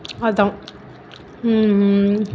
அதுதான்